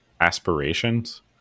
aspirations